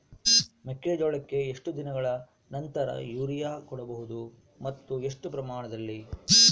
ಮೆಕ್ಕೆಜೋಳಕ್ಕೆ ಎಷ್ಟು ದಿನಗಳ ನಂತರ ಯೂರಿಯಾ ಕೊಡಬಹುದು ಮತ್ತು ಎಷ್ಟು ಪ್ರಮಾಣದಲ್ಲಿ?